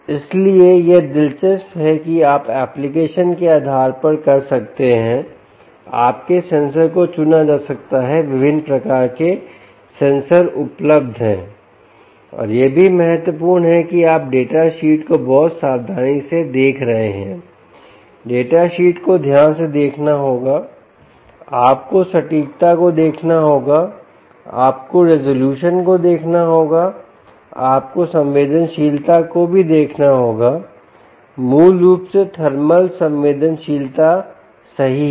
इसलिए यह दिलचस्प है कि आप एप्लीकेशन के आधार पर कर सकते हैं आपके सेंसर को चुना जा सकता है विभिन्न प्रकार के सेंसर उपलब्ध हैं और यह भी महत्वपूर्ण है कि आप डेटा शीट को बहुत सावधानी से देख रहे हैं डेटा शीट को ध्यान से देखना होगा आपको सटीकता को देखना होगा आपको रेजोल्यूशन को देखना होगा आपको संवेदनशीलता को भी देखना होगामूल रूप से थर्मल संवेदनशीलता सही है